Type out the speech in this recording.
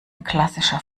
klassischer